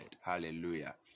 Hallelujah